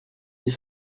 des